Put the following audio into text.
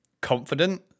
confident